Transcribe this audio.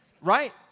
Right